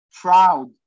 proud